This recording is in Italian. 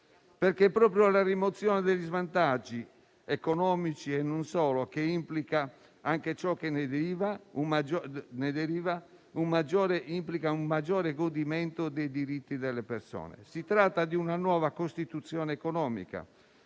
perché è proprio la rimozione degli svantaggi (economici e non solo) che implica un maggiore godimento dei diritti delle persone. Si tratta di una nuova Costituzione economica,